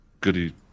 goody